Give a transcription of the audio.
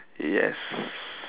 yes